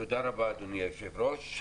תודה רבה, אדוני היושב-ראש.